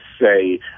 say